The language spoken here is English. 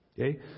okay